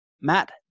Matt